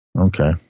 Okay